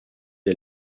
est